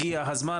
הגיע הזמן,